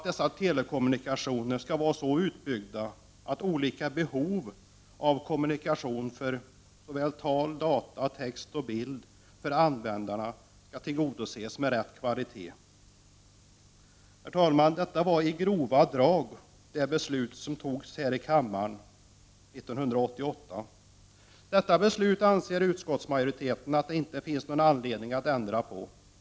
Dessa telekommunikationer skall vara så utbyggda att olika behov av kommunikation för tal, data, text och bild för användarna tillgodoses med rätt kvalitet. I grova drag är detta det beslut som antogs här i kammaren 1988. Detta beslut anser utskottet att det inte finns någon anledning att ändra på.